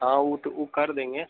हाँ वो तो वो कर देंगे